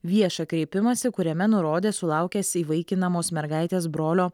viešą kreipimąsi kuriame nurodė sulaukęs įvaikinamos mergaitės brolio